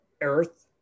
earth